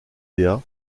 dea